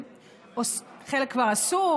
חלק כבר עשו,